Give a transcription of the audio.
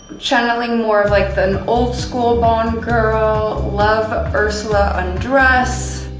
channeling more of like the old-school bond girl, love ursula andress.